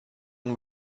und